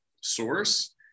source